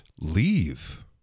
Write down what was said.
leave